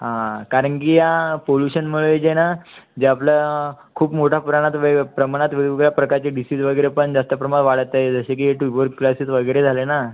हा कारण की या पोल्युशनमुळे जे आहे ना जे आपलं खूप मोठं पुराणात प्रमाणात वेगवेगळ्या प्रकारचे डिसिज वगैरे पण जास्त प्रमाणात वाढत आहे जसे की ट्यूबरक्युलोसिस वगैरे झाले ना